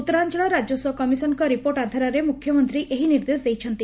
ଉତ୍ତରାଅଳ ରାଜସ୍ୱ କମିଶନଙ୍କ ରିପୋର୍ଟ ଆଧାରରେ ମୁଖ୍ୟମନ୍ତୀ ଏହି ନିର୍ଦ୍ଦେଶ ଦେଇଛନ୍ତି